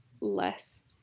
less